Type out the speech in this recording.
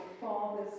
father's